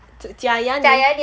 假牙